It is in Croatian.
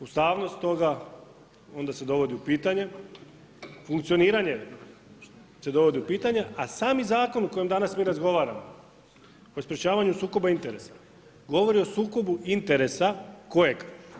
Ustavnost toga, onda se dovodi u pitanje, funkcioniranje, se dovodi u pitanje, a sami zakon o kojem mi danas razgovaramo, o sprječavanju sukobu interesa, govori o sukobu interesa, kojeg?